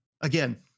again